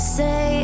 say